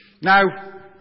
Now